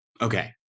Okay